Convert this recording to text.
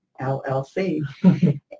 LLC